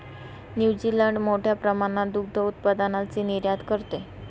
New Zealand मोठ्या प्रमाणात दुग्ध उत्पादनाची निर्यात करते